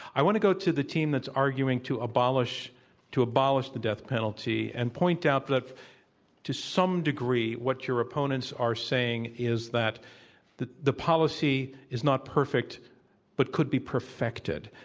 i want to go to the team that's arguing to abolish to abolish the death penalty and point out that to some degree what your opponents are saying is that the the policy is not perfect but could be perfected.